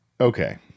Okay